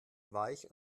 weich